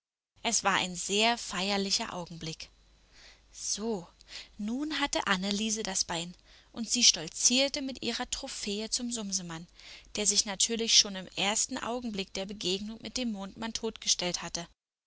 es war ein sehr feierlicher augenblick so nun hatte anneliese das bein und sie stolzierten mit ihrer trophäe zum sumsemann der sich natürlich schon im ersten augenblick der begegnung mit dem mondmann totgestellt hatte